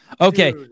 Okay